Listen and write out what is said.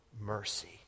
mercy